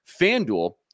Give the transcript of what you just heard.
FanDuel